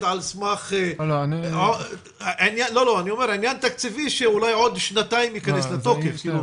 על סמך עניין תקציבי שאולי עוד שנתיים ייכנס לתוקף.